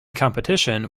competition